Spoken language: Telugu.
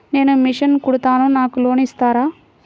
నేను మిషన్ కుడతాను నాకు లోన్ ఇస్తారా?